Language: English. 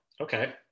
okay